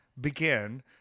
begin